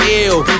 ill